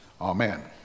Amen